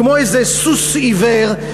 כמו איזה סוס עיוור,